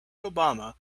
obama